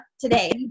today